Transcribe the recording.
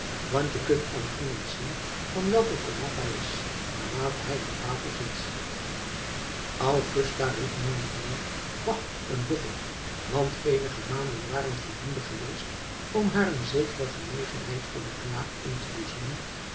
want je kunt aan iemand zien van welken komaf hij is naarmate hij aan tafel zit augusta riep nu niet meer ba een bochel want eenige maanden waren voldoende geweest om haar een zekere genegenheid voor den knaap in te boezemen